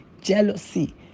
Jealousy